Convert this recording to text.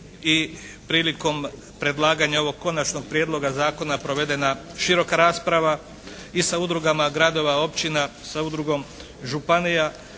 i prilikom predlaganja ovog konačnog prijedloga zakona provedena široka rasprava i sa Udrugama gradova, općina, sa Udrugom županija